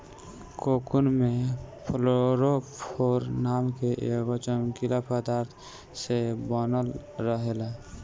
cocoon में fluorophore नाम के एगो चमकीला पदार्थ से बनल रहेला